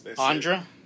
Andra